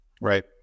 Right